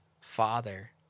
Father